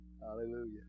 hallelujah